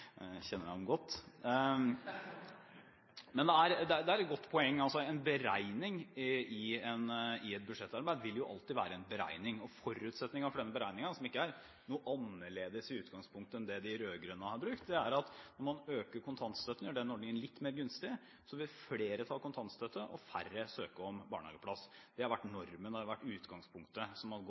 kjenner ham godt. Men det er et godt poeng. En beregning i et budsjettarbeid vil alltid være en beregning, og forutsetningen for den beregningen – som i utgangspunktet ikke er noe annerledes enn den de rød-grønne har brukt – er at om man øker kontantstøtten og gjør den ordningen litt mer gunstig, vil flere ta kontantstøtte og færre søke om barnehageplass. Det har vært normen og utgangspunktet, som også har